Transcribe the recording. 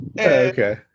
Okay